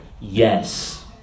Yes